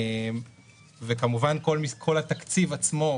כמובן שכל התקציב עצמו,